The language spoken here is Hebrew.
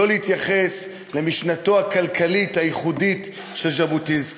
למשנתו הכלכלית הייחודית של ז'בוטינסקי.